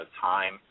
time